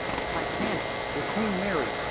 the titanic, the queen mary,